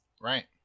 Right